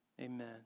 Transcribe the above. Amen